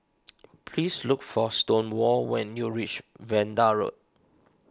please look for Stonewall when you reach Vanda Road